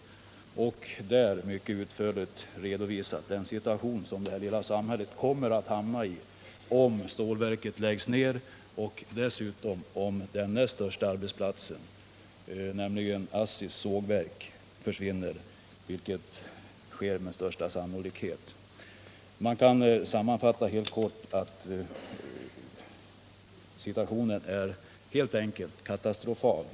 Vi redovisade då mycket utförligt den situation som detta lilla samhälle kommer att hamna i om stålverket läggs ned och om den näst största arbetsplatsen, ASSI:s såg 15 verk, försvinner, vilket med största sannolikhet blir fallet. Man kan sammanfatta det så att situationen helt enkelt är katastrofal.